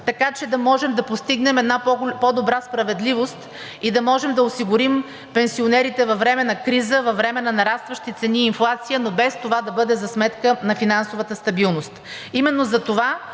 така че да можем да постигнем по-добра справедливост и да можем да осигурим пенсионерите във време на криза, във време на нарастващи цени и инфлация, но без това да бъде за сметка на финансовата стабилност.